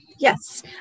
Yes